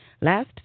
Last